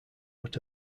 but